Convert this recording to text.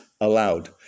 allowed